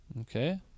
okay